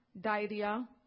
diarrhea